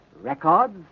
records